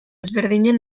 desberdinen